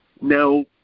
Now